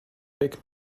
pick